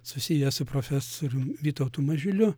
susiję su profesorium vytautu mažiuliu